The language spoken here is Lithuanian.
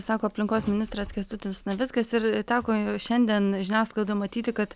sako aplinkos ministras kęstutis navickas ir teko šiandien žiniasklaidoj matyti kad